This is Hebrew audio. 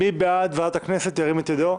מי בעד העברת הצעת חוק לוועדת הכנסת, ירים את ידו?